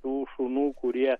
tų šunų kurie